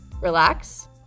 relax